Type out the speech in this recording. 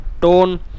tone